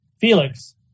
Felix